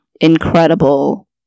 incredible